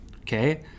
Okay